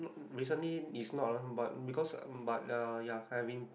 recently is not lah but because but um ya I have